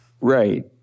Right